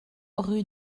rue